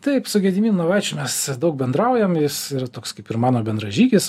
taip su gediminu navaičiu mes daug bendraujam jis yra toks kaip ir mano bendražygis